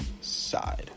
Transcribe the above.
side